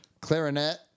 clarinet